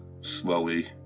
slowly